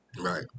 Right